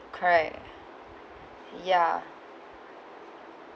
correct ya